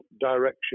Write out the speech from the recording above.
direction